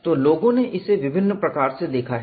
तो लोगों ने इसे विभिन्न प्रकार से देखा है